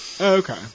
Okay